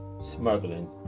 smuggling